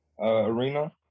arena